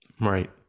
Right